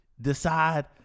decide